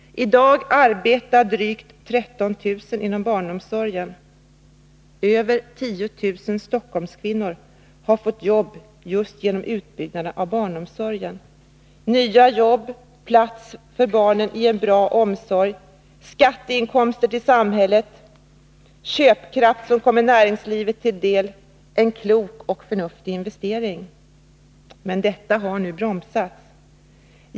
I dag arbetar drygt 13 000 inom barnomsorgen. Över 10 000 Stockholmskvinnor har fått jobb just genom utbyggnaden av barnomsorgen, vilket betytt nya jobb, plats för barnen i en bra omsorg, skatteinkomster till samhället och köpkraft som kommer näringslivet till del — en klok och förnuftig investering. Men detta har nu bromsats.